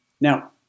Now